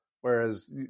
Whereas